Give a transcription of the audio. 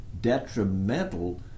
detrimental